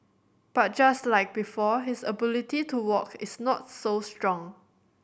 but just like before his ability to walk is not so strong